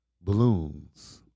balloons